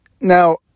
Now